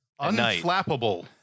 Unflappable